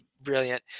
Brilliant